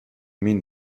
mean